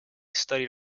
studied